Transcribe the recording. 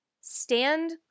stand